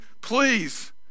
please